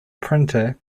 printer